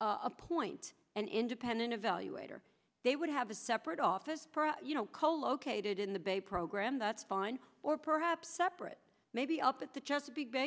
appoint an independent evaluator they would have a separate office for you know colocated in the bay program that's fine or perhaps separate maybe up at the chesapeake bay